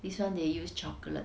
this [one] they use chocolate